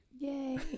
Yay